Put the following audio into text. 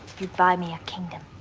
you'd buy me a kingdom.